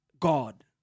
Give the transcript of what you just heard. God